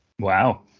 Wow